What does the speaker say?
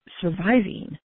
Surviving